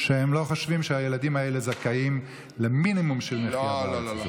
שהם לא חושבים שהילדים האלה זכאים למינימום של מחיה בארץ הזאת.